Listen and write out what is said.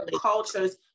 cultures